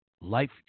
Life